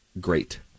great